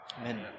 Amen